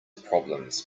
problems